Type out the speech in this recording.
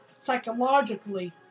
psychologically